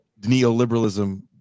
Neoliberalism